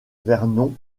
vernon